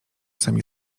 sami